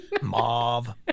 mauve